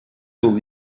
will